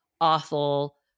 awful